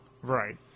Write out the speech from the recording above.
Right